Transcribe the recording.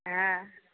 हाँ